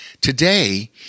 Today